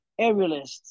aerialists